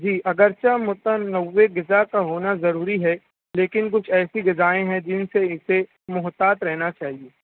جی اگرچہ متنوع غذا کا ہونا ضروری ہے لیکن کچھ ایسی غذائیں ہیں جن سے اسے محتاط رہنا چاہیے